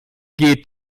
geht